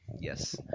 yes